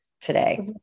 today